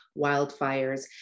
wildfires